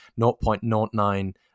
0.09